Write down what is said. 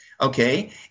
Okay